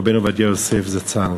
רבנו עובדיה יוסף זצ"ל.